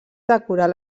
decorar